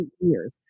years